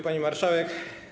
Pani Marszałek!